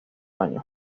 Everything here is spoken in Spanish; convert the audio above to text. años